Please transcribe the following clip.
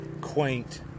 quaint